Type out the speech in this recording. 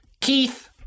Keith